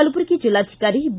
ಕಲಬುರಗಿ ಜಿಲ್ಲಾಧಿಕಾರಿ ಬಿ